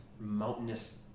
mountainous